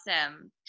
Awesome